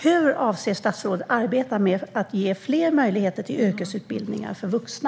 Hur avser statsrådet att arbeta med att ge fler möjligheter till yrkesutbildning för vuxna?